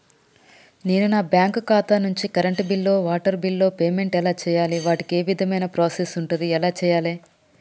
నేను నా బ్యాంకు ఖాతా నుంచి కరెంట్ బిల్లో వాటర్ బిల్లో పేమెంట్ ఎలా చేయాలి? వాటికి ఏ విధమైన ప్రాసెస్ ఉంటది? ఎలా చేయాలే?